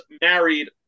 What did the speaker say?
married